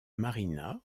marina